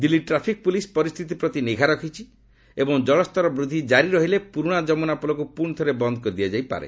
Delhi traffic police ପରିସ୍ଥିତି ପ୍ରତି ନିଘା ରଖିଛି ଏବଂ ଜଳସ୍ତର ବୃଦ୍ଧି ଜାରି ରହିଲେ ପୁରୁଣା ଯମୁନା ପୋଲକୁ ପୁଣି ଥରେ ବନ୍ଦ୍ କରିଦିଆଯାଇପାରେ